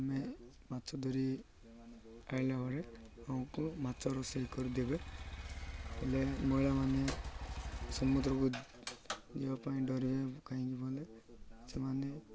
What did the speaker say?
ଆମେ ମାଛ ଧରି ଆସିଲା ବଳେ ଆମକୁ ମାଛ ରୋଷେଇ କରିଦେବେ ହେଲେ ମହିଳାମାନେ ସମୁଦ୍ରକୁ ଦେହ ପାଇଁ ଡରିବ କାହିଁକି ବଲେ ସେମାନେ